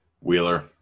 Wheeler